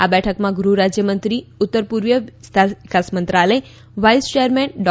આ બેઠકમાં ગૃહરાજ્યમંત્રી ઉત્તર પૂર્વીય વિસ્તાર વિકાસ મંત્રાલય વાઇસ ચેરમેન ડો